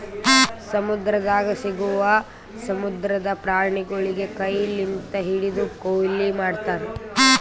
ಸಮುದ್ರದಾಗ್ ಸಿಗವು ಸಮುದ್ರದ ಪ್ರಾಣಿಗೊಳಿಗ್ ಕೈ ಲಿಂತ್ ಹಿಡ್ದು ಕೊಯ್ಲಿ ಮಾಡ್ತಾರ್